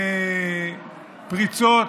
מפריצות,